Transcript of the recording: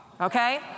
Okay